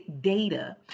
data